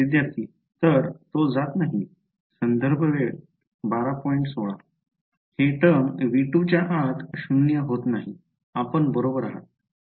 विद्यार्थी तर तो जात नाही हे टर्म V2च्या आत 0 होत नाही आपण बरोबर आहात